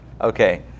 Okay